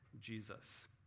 Jesus